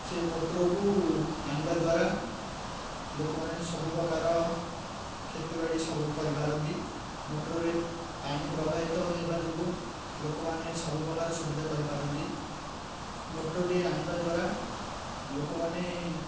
ସେ ମୋଟରକୁ ଆଣିବା ଦ୍ୱାରା ଲୋକମାନେ ସବୁ ପ୍ରକାର କ୍ଷତି ବାଡ଼ି ସବୁ କରିପାରନ୍ତି ମୋଟରରେ ପାଣି ପ୍ରବାହିତ ହେବା ଯୋଗୁଁ ଲୋକମାନେ ସବୁ ପ୍ରକାର ସୁବିଧା କରିପାରନ୍ତି ମୋଟରଟି ଆଣିବା ଦ୍ୱାରା ଲୋକମାନେ